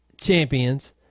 champions